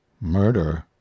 murder